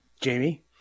Jamie